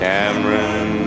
Cameron